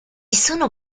sono